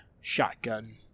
shotgun